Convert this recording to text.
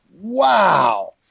Wow